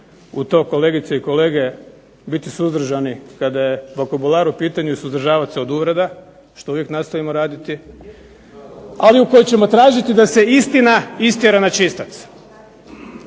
u to kolegice i kolege biti suzdržani kada je vokabular u pitanju i suzdržavat se od uvreda što uvijek nastojimo raditi. Ali u koje ćemo tražiti da se istina istjera na čistac.